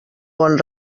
bon